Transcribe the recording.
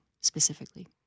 specifically